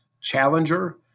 Challenger